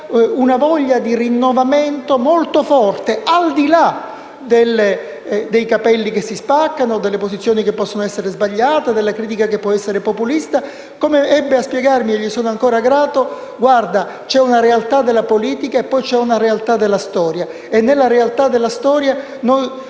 una voglia di rinnovamento molto forte, al di là dei capelli che si spaccano, delle posizioni che possono essere sbagliate o della critica che può essere populista. Come ebbe a spiegarmi, e gliene sono ancora grato, quando mi disse: «Guarda, c'è una realtà della politica e poi c'è una realtà della storia. E nella realtà della storia noi